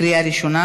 עברה בקריאה ראשונה,